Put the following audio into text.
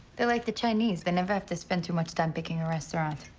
they're like the chinese. they never have to spend too much time picking a restaurant.